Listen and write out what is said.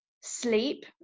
sleep